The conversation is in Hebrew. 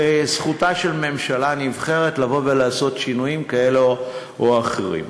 וזכותה של ממשלה נבחרת לבוא ולעשות שינויים כאלה או אחרים.